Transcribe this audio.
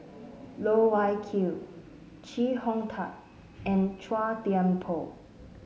Loh Wai Kiew Chee Hong Tat and Chua Thian Poh